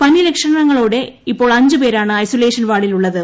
പനി ലക്ഷണങ്ങളോടെ ഇപ്പോൾ അഞ്ച് പേരാണ് ഐസൊലേഷൻ വാർഡിൽ ഉള്ളത്